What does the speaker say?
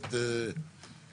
שהמנהלת רואה אותו.